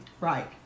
Right